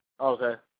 Okay